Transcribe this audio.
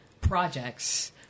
projects